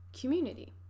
community